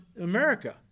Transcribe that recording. America